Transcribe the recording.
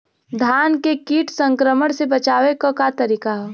धान के कीट संक्रमण से बचावे क का तरीका ह?